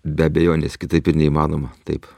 be abejonės kitaip ir neįmanoma taip